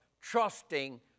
trusting